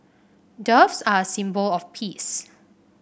doves are a symbol of peace